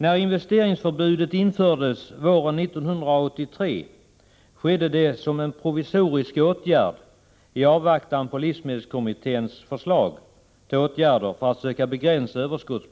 När investeringsförbudet infördes våren 1983 skedde det som en provisorisk åtgärd i avvaktan på livsmedelskommitténs förslag till åtgärder för att försöka begränsa överskottet.